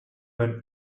when